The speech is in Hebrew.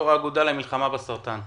יו"ר האגודה למלחמה בסרטן,